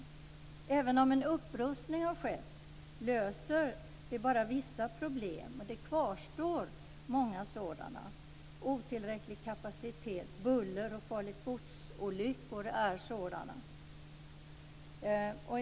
Visserligen har en upprustning skett, men det löser bara vissa problem. Det kvarstår många problem. Otillräcklig kapacitet, buller och olyckor med farligt gods är exempel på sådana.